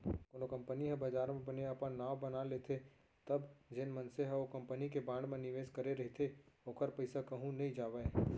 कोनो कंपनी ह बजार म बने अपन नांव बना लेथे तब जेन मनसे ह ओ कंपनी के बांड म निवेस करे रहिथे ओखर पइसा कहूँ नइ जावय